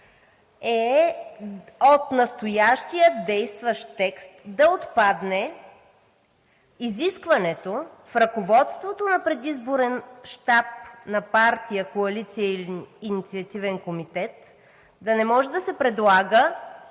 е: от настоящия действащ текст да отпадне изискването в ръководството на предизборен щаб на партия, коалиция или инициативен комитет да не може да се предлага